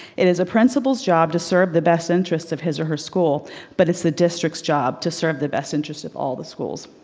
it is a principal's job to serve the best interest of his or her school but it's the district's job to serve the best interest of all the schools.